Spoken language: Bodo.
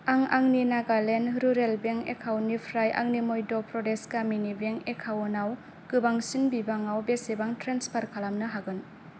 आं आंनि नागालेन्ड रुरेल बेंक एकाउन्टनिफ्राय आंनि मध्य प्रदेश ग्रामिनि बेंक एकाउन्टआव गोबांसिन बिबाङाव बेसेबां ट्रेन्सफार खालामनो हागोन